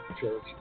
Church